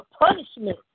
punishment